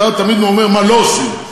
אתה תמיד אומר מה לא עושים.